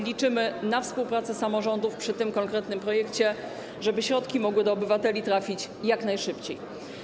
Liczymy na współpracę samorządów przy tym konkretnym projekcie, żeby środki mogły trafić do obywateli jak najszybciej.